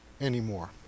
anymore